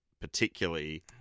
particularly